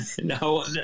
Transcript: No